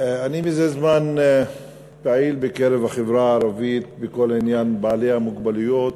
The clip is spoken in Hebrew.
אני מזה זמן פעיל בקרב החברה הערבית בכל עניין בעלי המוגבלויות.